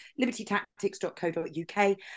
libertytactics.co.uk